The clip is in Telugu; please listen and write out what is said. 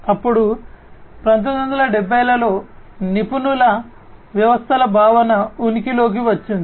అప్పుడు 1970 లలో నిపుణుల వ్యవస్థల భావన ఉనికిలోకి వచ్చింది